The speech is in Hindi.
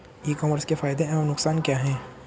ई कॉमर्स के फायदे एवं नुकसान क्या हैं?